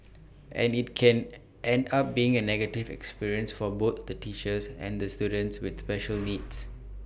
and IT can end up being A negative experience for both the teachers and the students with special needs